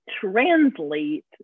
translate